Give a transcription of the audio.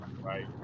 Right